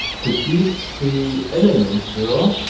to these three elements here.